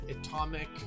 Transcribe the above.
atomic